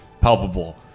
palpable